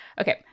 Okay